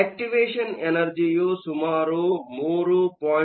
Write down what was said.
activation ಎನರ್ಜಿಯು ಸುಮಾರು 3